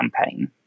campaign